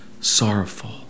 sorrowful